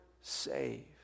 save